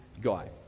guy